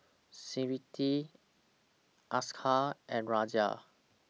Smriti Akshay and Razia